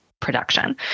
production